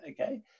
okay